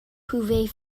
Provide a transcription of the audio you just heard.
pouvais